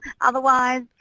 otherwise